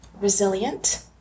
resilient